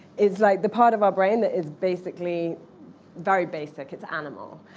is like the part of our brain that is basically very basic. it's animal.